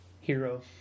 Hero